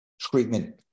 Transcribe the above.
treatment